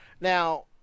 Now